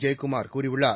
ஜெயக்குமார் கூறியுள்ளார்